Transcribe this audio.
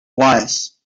wires